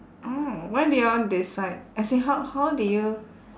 oh when did you all decide as in how how did you